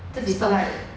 自己送 right